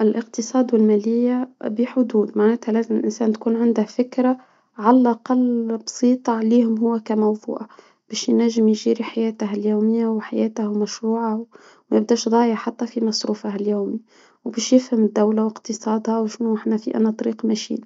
الإقتصاد والمالية بحدود، معناتها لازم الإنسان تكون عنده فكرة على الأقل بسيطة عليهم هو كموفوءة، باش ينجم يشير حياته اليومية وحياته مشروعة، ما أنتاش رايح حتي في مصروفة اليومي، وبش يفهم الدولة وإقتصادها وشنو إحنا في أنا الطريق ماشيين،